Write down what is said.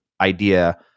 idea